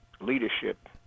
leadership